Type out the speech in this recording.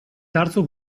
terzo